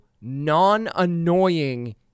non-annoying